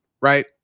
right